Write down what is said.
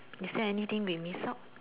is there anything we miss out